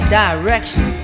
direction